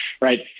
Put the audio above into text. right